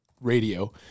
radio